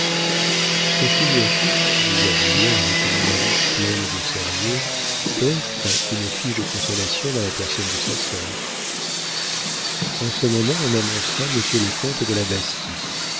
sa seigneurie dit la brière avec une malice pleine de sérieux t'offre une fiche de consolation dans la personne de sa sœur en ce moment on annonça monsieur le comte de la bastie